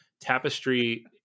Tapestry